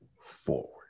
forward